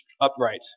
upright